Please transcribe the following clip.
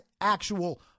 actual